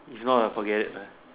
if not ah forget it lah